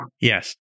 Yes